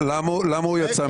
למה הוא יצא משם?